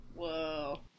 Whoa